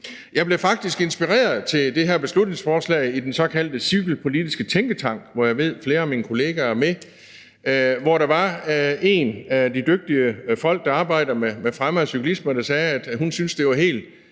Jeg blev faktisk inspireret til at lave det her beslutningsforslag i den såkaldte Cykelpolitiske Tænketank, hvor jeg ved flere af mine kolleger er med, og hvor der var en af de dygtige folk, der arbejder med fremme af cyklisme, der sagde, at hun syntes, at det var helt